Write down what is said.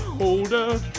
older